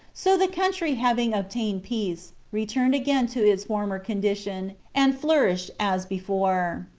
so the country having obtained peace, returned again to its former condition, and flourished as before.